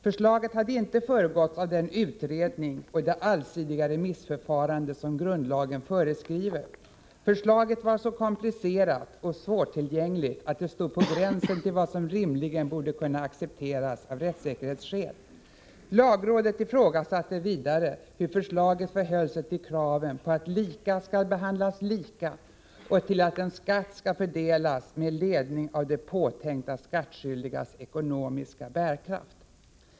Förslaget hade inte föregåtts av den utredning och det allsidiga remissförfarande som grundlagen föreskriver. Förslaget var så komplicerat och svårtillgängligt, att det stod på gränsen till vad som rimligen borde kunna accepteras av rättssäkerhetsskäl. Lagrådet ifrågasatte vidare hur förslaget förhöll sig till kraven på att lika skall behandlas lika och till att en skatt skall fördelas med ledning av de påtänkta skattskyldigas ekonomiska bärkraft.